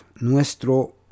Nuestro